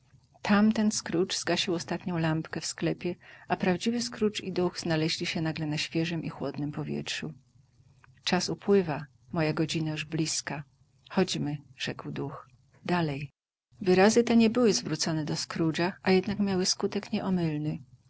tamten scrooge zgasił ostatnią lampkę w sklepie a prawdziwy scrooge i duch znaleźli się nagle na świeżem i chłodnem powietrzu czas upływa moja godzina już blizkablizka chodźmy rzekł duch dalej wyrazy te nie były zwrócone do scroogea a jednak miały skutek nieomylny